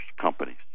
companies